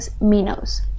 Minos